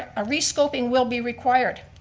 a resculping will be required.